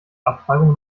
abtreibung